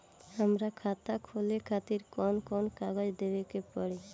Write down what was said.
हमार खाता खोले खातिर कौन कौन कागज देवे के पड़ी?